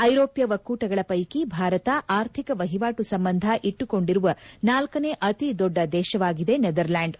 ಐರೋಪ್ಯ ಒಕ್ಕೂಟಗಳ ವೈಕಿ ಭಾರತ ಆರ್ಥಿಕ ವಹಿವಾಟು ಸಂಬಂಧ ಇಟ್ಟುಕೊಂಡಿರುವ ನಾಲ್ಕನೇ ಅತಿ ದೊಡ್ಡ ದೇಶವಾಗಿದೆ ನೆದರ್ಲೆಂಡ್